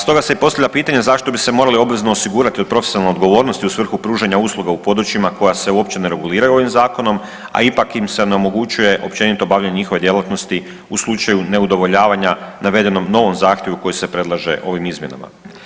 Stoga se i postavlja pitanje zašto bi se morali obvezno osigurati od profesionalne odgovornosti u svrhu pružanja usluga u područjima koja se uopće ne reguliraju ovim zakonom, a ipak im se onemogućuje općenito bavljenje njihove djelatnosti u slučaju ne udovoljavanja navedenom novom zahtjevu koji se predlaže ovim izmjenama.